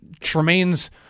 Tremaine's